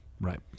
Right